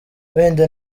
wenda